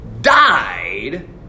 died